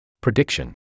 Prediction